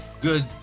good